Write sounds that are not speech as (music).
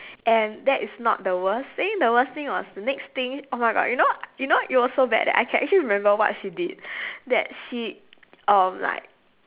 and that is not the worst then the worst thing was next thing oh my god you know you know it was so bad that I can actually remember what she did (breath) that she um like